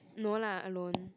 no lah alone